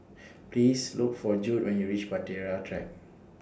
Please Look For Jude when YOU REACH Bahtera Track